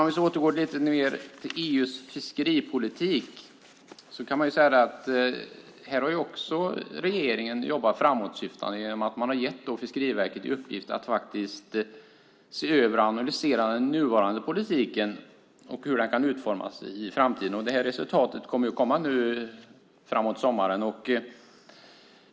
Om vi återgår till EU:s fiskeripolitik kan man säga att regeringen även här har jobbat framåtsyftande genom att ge Fiskeriverket i uppgift att se över och analysera den nuvarande politiken och hur den kan utformas i framtiden. Resultatet kommer framåt sommaren.